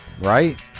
Right